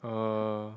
uh